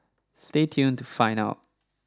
stay tuned to find out